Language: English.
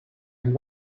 and